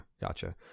Gotcha